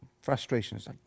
frustrations